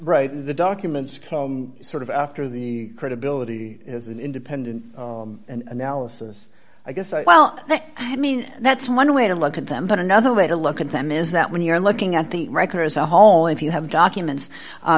right in the documents sort of after the credibility as an independent analysis i guess i well i mean that's one way to look at them but another way to look at them is that when you're looking at the record as a whole if you have documents